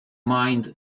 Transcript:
mind